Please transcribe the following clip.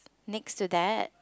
next to that